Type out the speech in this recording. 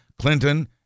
Clinton